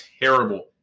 terrible